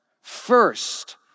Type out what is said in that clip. First